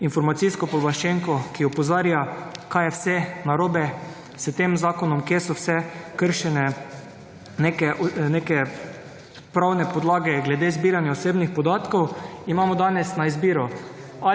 informacijsko pooblaščenko, ki opozarja kaj je vse narobe s tem zakonom, kjer so vse kršene neke pravna podlage glede zbiranja osebnih podatkov, imamo danes na izbiro